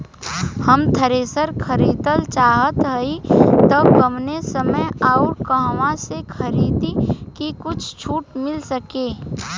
हम थ्रेसर खरीदल चाहत हइं त कवने समय अउर कहवा से खरीदी की कुछ छूट मिल सके?